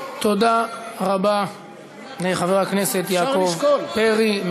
תודה רבה לחבר הכנסת יעקב פרי.